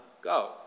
go